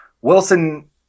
Wilson